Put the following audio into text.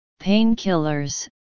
painkillers